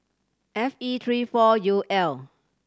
F E three four U L